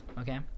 okay